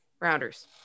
rounders